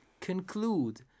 conclude